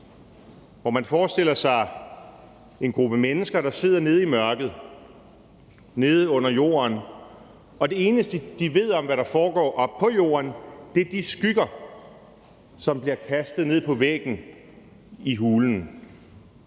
hvor man forestiller sig en gruppe mennesker, der sidder nede i mørket, nede under jorden, og det eneste, de ved om, hvad der foregår oppe på jorden, er de skygger, som bliver kastet ned på væggen i hulen.